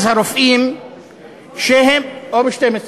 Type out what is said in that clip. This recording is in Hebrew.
או ב-12:00.